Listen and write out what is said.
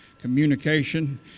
communication